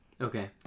Okay